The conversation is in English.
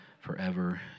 forever